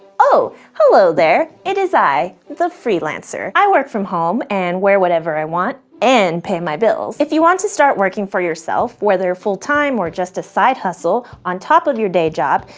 oh, hello there. it is i, the freelancer. i work from home and wear whatever i want and pay my bills. if you want to start working for yourself, whether full time or just a side hustle on top of your day job,